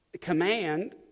command